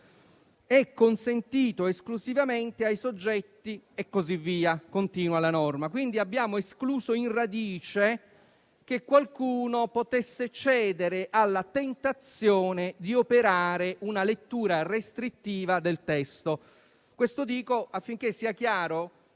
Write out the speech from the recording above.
è consentito esclusivamente ai soggetti (...)». Abbiamo quindi escluso in radice che qualcuno potesse cedere alla tentazione di operare una lettura restrittiva del testo. Lo dico affinché sia chiaro